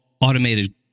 automated